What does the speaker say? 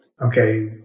okay